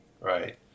Right